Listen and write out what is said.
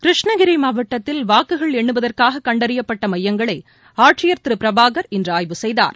கிருஷ்ணகிரிமாவட்டத்தில் வாக்குகள் எண்ணுவதற்காககண்டறியப்பட்டமையங்களைஆட்சியர் திருபிரபாகர் இன்றுஆய்வு செய்தார்